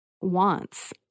wants